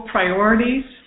Priorities